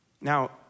Now